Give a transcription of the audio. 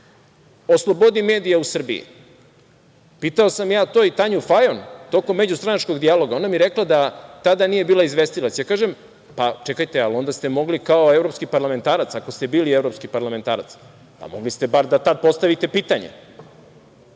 slobodi medija u Srbiji. Pitao sam ja to i Tanju Fajon, tokom međustranačkog dijaloga. Ona mi je rekla da tada nije bila izvestilac. Ja kažem - čekajte, onda ste mogli kao evropski parlamentarac, ako ste bili evropski parlamentarac, pa mogli ste bar da tada postavite pitanje.